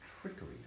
trickery